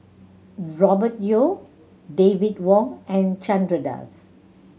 Robert Yeo David Wong and Chandra Das